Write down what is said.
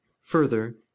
Further